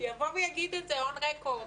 שיבוא ויגיד את זה און רקורד,